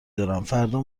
دارم، فردا